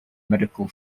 medical